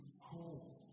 home